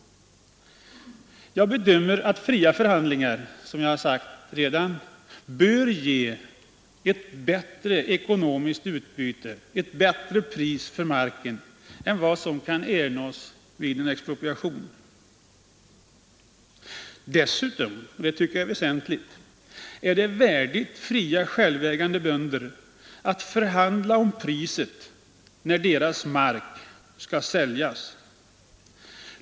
Fria förhandlingar bör, som jag redan sagt, ge ett bättre ekonomiskt utbyte, ett bättre pris för marken, än vad som kan ernås vid en expropriation. Dessutom — och det tycker jag är väsentligt — är det värdigt fria självägande bönder att förhandla om priset, när deras mark skall säljas.